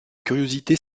curiosité